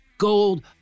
Gold